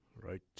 right